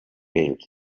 bild